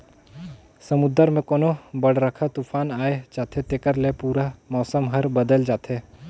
समुन्दर मे कोनो बड़रखा तुफान आये जाथे तेखर ले पूरा मउसम हर बदेल जाथे